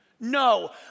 No